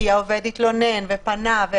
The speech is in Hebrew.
כי העובד התלונן ופנה,